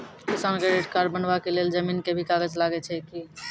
किसान credit card बनबा के लेल जमीन के भी कागज लागै छै कि?